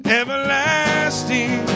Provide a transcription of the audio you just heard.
everlasting